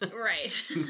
Right